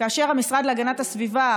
למשרד להגנת הסביבה,